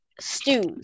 stews